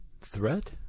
threat